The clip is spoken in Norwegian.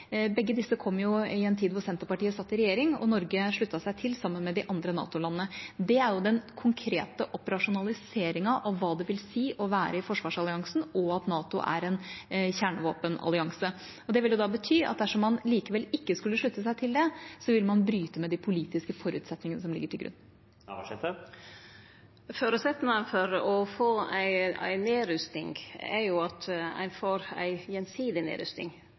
Begge disse kom i en tid da Senterpartiet satt i regjering, og Norge sluttet seg til, sammen med de andre NATO-landene. Det er den konkrete operasjonaliseringen av hva det vil si å være i forsvarsalliansen, og at NATO er en kjernevåpenallianse. Det vil da bety at dersom man likevel ikke skulle slutte seg til det, vil man bryte med de politiske forutsetningene som ligger til grunn. Føresetnaden for å få ei nedrusting er at ein får ei gjensidig nedrusting.